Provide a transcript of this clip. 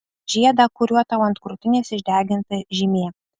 žiedą kuriuo tau ant krūtinės išdeginta žymė